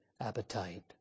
appetite